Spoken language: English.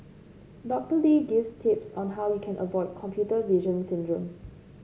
Doctor Lee gives tips on how you can avoid computer vision syndrome